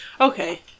okay